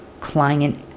client